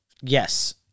Yes